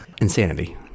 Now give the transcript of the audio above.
insanity